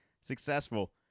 successful